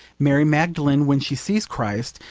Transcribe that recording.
mary magdalen, when she sees christ,